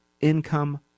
income